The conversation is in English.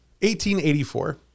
1884